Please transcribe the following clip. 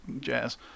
jazz